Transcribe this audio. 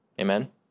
Amen